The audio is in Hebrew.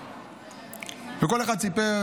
וכל אחד סיפר